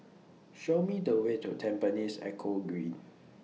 Show Me The Way to Tampines Eco Green